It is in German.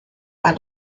war